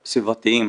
סביבתיים.